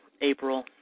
April